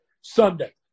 Sunday